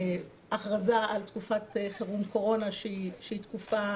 הכרזה על תקופת חירום קורונה, שהיא תקופה